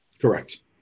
Correct